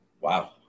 Wow